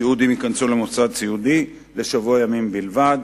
סיעוד עם היכנסו למוסד סיעודי לשבוע ימים בלבד.